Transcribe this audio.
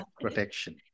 protection